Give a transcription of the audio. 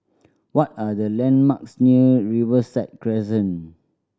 what are the landmarks near Riverside Crescent